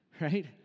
right